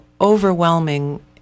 overwhelming